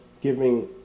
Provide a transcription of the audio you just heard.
giving